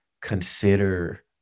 consider